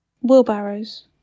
Wheelbarrows